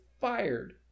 fired